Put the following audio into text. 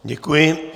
Děkuji.